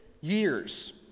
years